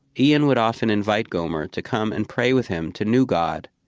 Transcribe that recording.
ian would often invite gomer to come and pray with him to new god,